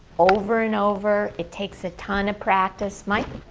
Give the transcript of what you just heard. over and over. it takes a ton of practice. mike?